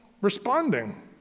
responding